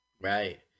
Right